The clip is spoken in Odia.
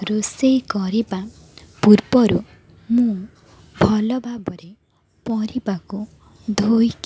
ରୋଷେଇ କରିବା ପୂର୍ବରୁ ମୁଁ ଭଲ ଭାବରେ ପରିବାକୁ ଧୋଇକି